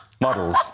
models